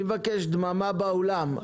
אני מבקש דממה באולם.